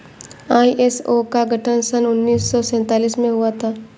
ISO का गठन सन उन्नीस सौ सैंतालीस में हुआ था